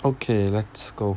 okay let's go